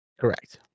correct